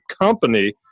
company